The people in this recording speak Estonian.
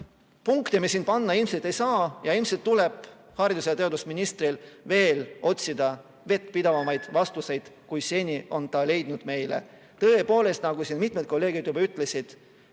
punkti me siin panna ilmselt ei saa ja ilmselt tuleb haridus‑ ja teadusministril veel otsida meile vettpidavamaid vastuseid, kui ta seni on leidnud. Tõepoolest, nagu siin mitmed kolleegid juba ütlesid,